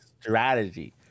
strategy